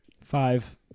Five